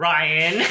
Ryan